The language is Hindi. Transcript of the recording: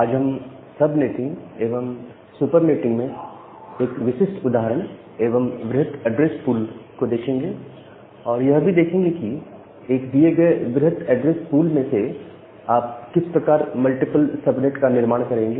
आज हम सबनेटिंग एवं सुपरनेटिंग में एक विशिष्ट उदाहरण एवं वृहत एड्रेस पूल देखेंगे और यह भी देखेंगे कि एक दिए गए वृहत एड्रेस पूल में से आप किस प्रकार मल्टीपल सबनेट का निर्माण करेंगे